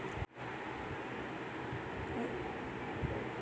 ई commerce के फायदे और नुकसान क्या हैं?